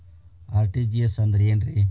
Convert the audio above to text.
RTGS ಅಂದ್ರ ಏನ್ರಿ?